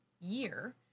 year